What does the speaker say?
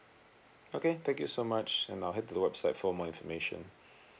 okay thank you so much and I'll head to the website for more information